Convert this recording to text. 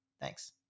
Thanks